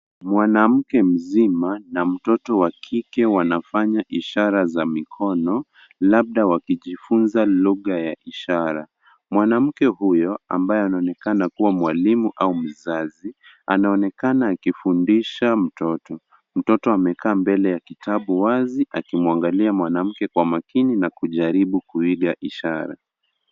Mwanamke mzima na mtoto wa kike wanafanya ishara za mikono labda wakijifunza lugha ya ishara. Mwanamke huyu ambaye anaonekana kuwa mwalimu au mzazi anaonekana akifundisha mtoto. Mtoto amekaa mbele ya kitabu wazi akimwanaglia mwanamke kwa makini na kujaribu kuiga ishara.